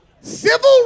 Civil